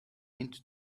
mint